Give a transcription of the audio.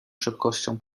szybkością